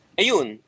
ayun